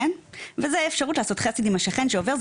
וזו אפשרות לעשות חסד עם השכן שעובר,